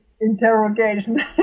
interrogation